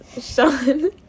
Sean